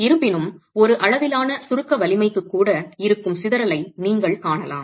இருப்பினும் ஒரு அளவிலான சுருக்க வலிமைக்கு கூட இருக்கும் சிதறலை நீங்கள் காணலாம்